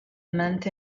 month